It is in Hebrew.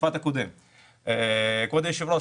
כבוד היושב-ראש,